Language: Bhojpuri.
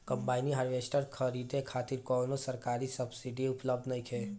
कंबाइन हार्वेस्टर खरीदे खातिर कउनो सरकारी सब्सीडी उपलब्ध नइखे?